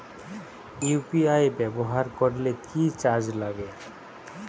UPI ব্যবহার করলে কি চার্জ লাগে?